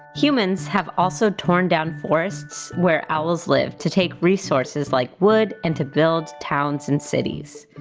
humans have also torn down forests where owls live, to take resources like wood and to build towns and cities.